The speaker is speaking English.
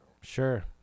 Sure